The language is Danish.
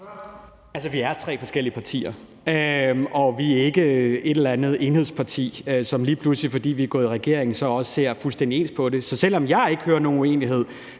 vi er tre forskellige partier, og vi er ikke et eller andet enhedsparti, som lige pludselig, fordi vi er gået i regering, så også ser fuldstændig ens på det. Så selv om jeg ikke hører nogen uenighed,